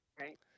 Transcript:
right